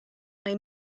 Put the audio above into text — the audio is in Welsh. mae